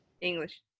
English